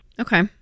okay